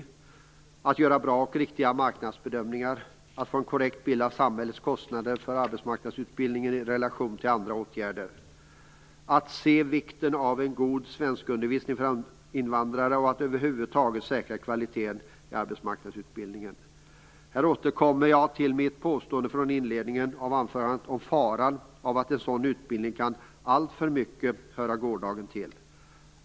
Det är vidare angeläget att göra bra och riktiga marknadsbedömningar, att få en korrekt bild av samhällets kostnader för arbetsmarknadsutbildningen i relation till andra åtgärder, att se vikten av en god svenskundervisning för invandrare samt att över huvud taget säkra kvaliteten i arbetsmarknadsutbildningen. Här återkommer jag till mitt påstående i inledningen av anförandet om faran av att sådan utbildning alltför mycket kan höra gårdagen till.